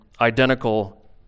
identical